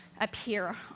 appear